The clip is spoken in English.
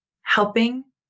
helping